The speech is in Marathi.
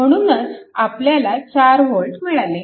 म्हणूनच आपल्याला 4V मिळाले